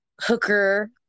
hooker